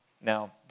Now